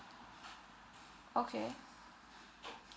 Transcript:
okay